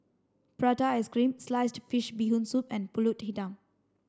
prata ice cream sliced fish bee hoon soup and Pulut Hitam